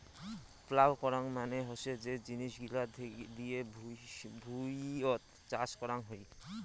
plough করাং মানে হসে যে জিনিস গিলা দিয়ে ভুঁইয়ত চাষ করং হই